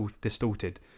distorted